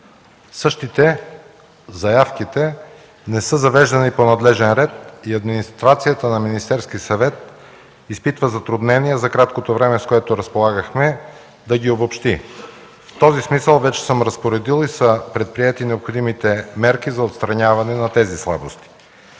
Същите – заявките, не са завеждани по надлежен ред и администрацията на Министерския съвет изпитва затруднения за краткото време, с което разполагахме, да ги обобщи. В този смисъл вече съм разпоредил и са предприети необходимите мерки за отстраняване на тези слабости.